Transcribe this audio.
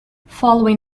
following